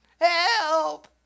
Help